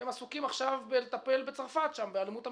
הם עסוקים עכשיו בטיפול בצרפת, באלימות המשטרתית.